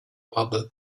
other